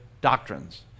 doctrines